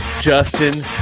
Justin